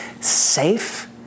safe